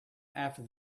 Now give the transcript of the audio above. after